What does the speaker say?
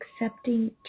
accepting